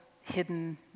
hidden